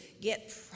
get